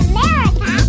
America